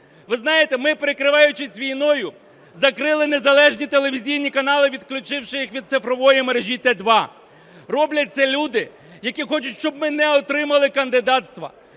Ви знаєте, ми, прикриваючись війною, закрили незалежні телевізійні канали, відключивши їх від цифрової мережі Т2. Роблять це люди, які хочуть, щоб ми не отримали кандидатства,